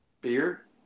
beer